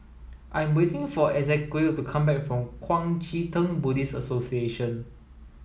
I'm waiting for Ezequiel to come back from Kuang Chee Tng Buddhist Association